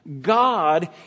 God